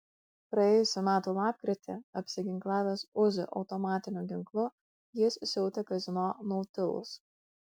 praėjusių metų lapkritį apsiginklavęs uzi automatiniu ginklu jis siautė kazino nautilus